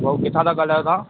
भाउ किथां था ॻाल्हायो तव्हां